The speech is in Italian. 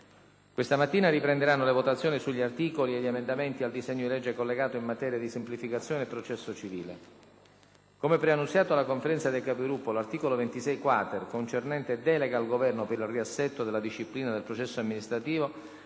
Questa mattina riprenderanno le votazioni sugli articoli e gli emendamenti al disegno di legge collegato in materia di semplificazione del processo civile. Come preannunziato alla Conferenza dei Capigruppo, l’articolo 26-quater, concernente delega al Governo per il riassetto della disciplina del processo amministrativo,